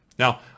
Now